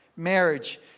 Marriage